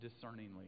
discerningly